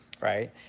right